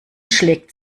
schlägt